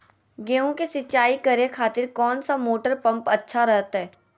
गेहूं के सिंचाई करे खातिर कौन सा मोटर पंप अच्छा रहतय?